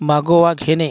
मागोवा घेणे